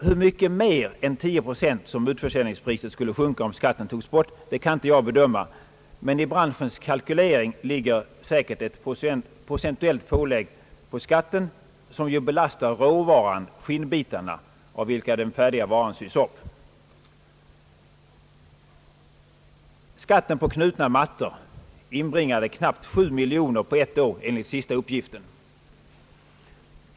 Hur mycket mer än 10 procent som utförsäljningspriset skulle sjunka om skatten togs bort kan jag inte bedöma, men i branschens kalkylering ligger säkert ett procentuellt pålägg för skatten som ju belastar råvaran, skinnbitarna, av vilka den färdiga varan sys upp. Skatten på knutna mattor inbringade knappt 7 miljoner kronor på ett år enligt de senaste uppgifterna.